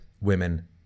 women